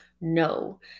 no